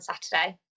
Saturday